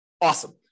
awesome